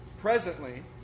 presently